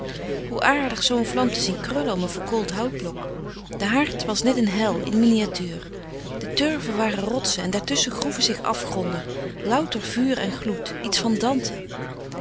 hoe aardig zoo een vlam te zien krullen om een verkoold houtblok de haard was net een hel in miniatuur de turven waren rotsen en daartusschen groeven zich afgronden louter vuur en gloed iets van dante